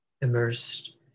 Immersed